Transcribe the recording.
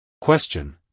Question